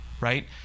Right